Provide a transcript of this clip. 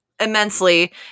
immensely